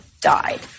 died